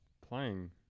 Playing